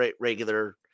regular